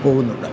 പോകുന്നുണ്ട്